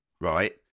right